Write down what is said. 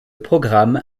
programme